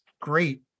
great